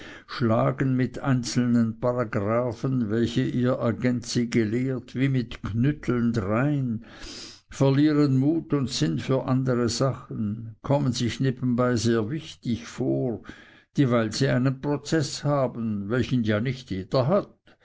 schlagen mit einzelnen paragraphen welche ihr agent sie gelehrt wie mit knütteln drein verlieren mut und sinn für andere sachen kommen sich nebenbei sehr wichtig vor dieweil sie einen prozeß haben welchen ja nicht jeder hat